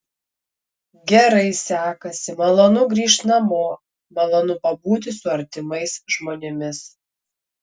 gerai sekasi malonu grįžt namo malonu pabūti su artimais žmonėmis